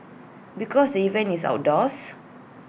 because the event is outdoors